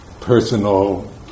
personal